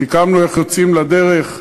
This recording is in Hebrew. סיכמנו איך יוצאים לדרך.